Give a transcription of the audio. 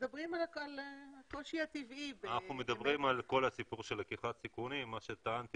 מדברים על כל הסיפור של לקיחת סיכונים וטענתי